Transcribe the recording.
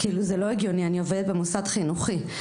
זה לא הגיוני, אני עובדת במוסד חינוכי.